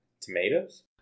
tomatoes